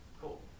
Cool